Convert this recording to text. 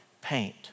paint